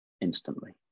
instantly